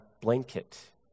blanket